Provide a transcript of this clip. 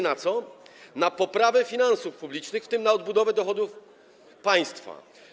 Na poprawę finansów publicznych, w tym na odbudowę dochodów państwa.